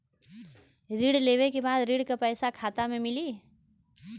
ऋण लेवे के बाद ऋण का पैसा खाता में मिली?